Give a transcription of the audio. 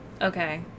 Okay